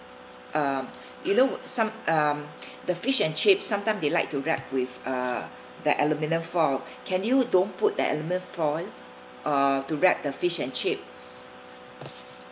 um you know some um the fish and chips sometimes they like to wrap with uh that aluminium foil can you don't put that aluminium foil uh to wrap the fish and chip